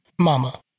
Mama